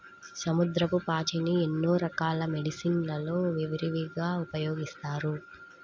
సముద్రపు పాచిని ఎన్నో రకాల మెడిసిన్ లలో విరివిగా ఉపయోగిస్తారు